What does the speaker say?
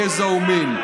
גזע או מין.